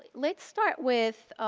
let's start with